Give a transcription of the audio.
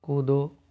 कूदो